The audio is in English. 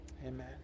Amen